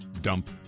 dump